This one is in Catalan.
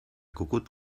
cucut